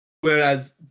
whereas